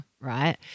right